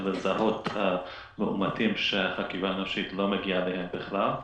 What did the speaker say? לזהות מאומתים שחקירה אנושית לא מגיעה אליהם בכלל,